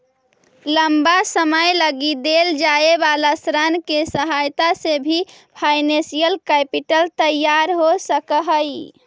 लंबा समय लगी देल जाए वाला ऋण के सहायता से भी फाइनेंशियल कैपिटल तैयार हो सकऽ हई